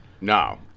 No